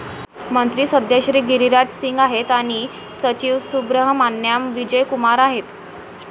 मंत्री सध्या श्री गिरिराज सिंग आहेत आणि सचिव सुब्रहमान्याम विजय कुमार आहेत